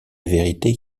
vérité